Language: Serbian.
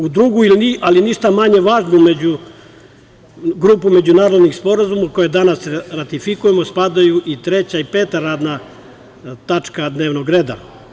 U drugoj, ali ništa manje važnoj grupi međunarodnih sporazuma koje danas ratifikujemo spadaju i treća i peta radna tačka dnevnog reda.